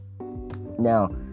Now